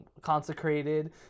consecrated